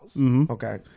Okay